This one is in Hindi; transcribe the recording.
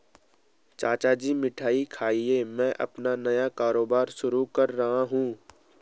चाचा जी मिठाई खाइए मैं अपना नया कारोबार शुरू कर रहा हूं